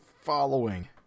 following